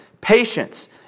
Patience